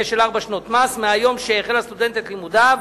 של ארבע שנות מס מהיום שהחל הסטודנט את לימודיו,